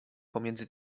pomiędzy